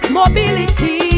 mobility